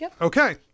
Okay